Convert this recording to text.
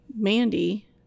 Mandy